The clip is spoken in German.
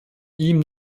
ihm